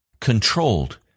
controlled